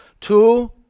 Two